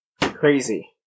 Crazy